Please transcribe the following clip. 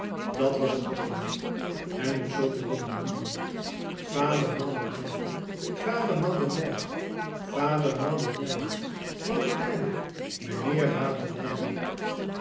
dat was het begin men moet zulke dingen niet doen vader madeleine vader madeleine vader madeleine madeleine mijnheer madeleine